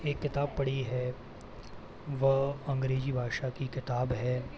एक किताब पढ़ी है वह अंग्रेज़ी भाषा की किताब है